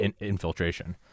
infiltration